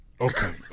okay